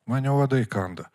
mane uodai kanda